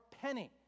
penny